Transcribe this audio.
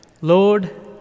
Lord